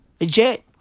Legit